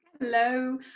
hello